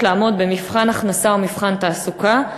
לעמוד במבחן הכנסה או מבחן תעסוקה,